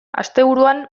asteburuan